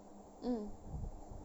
mmhmm